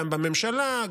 גם בממשלה,